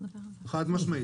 חד-משמעית.